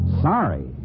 Sorry